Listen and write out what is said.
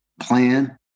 plan